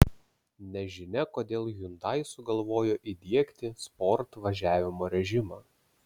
nežinia kodėl hyundai sugalvojo įdiegti sport važiavimo režimą